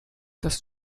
das